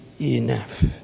enough